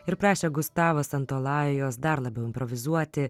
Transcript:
ir prašė gustavos antalajos dar labiau improvizuoti